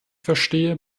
verstehe